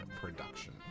production